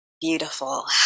Beautiful